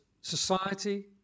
society